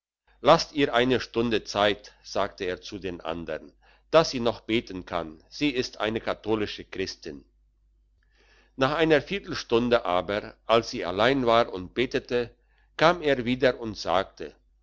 lasst ihr eine stunde zeit sagte er zu den andern dass sie noch beten kann sie ist eine katholische christin nach einer viertelstunde aber als sie allein war und betete kam er wieder und sagte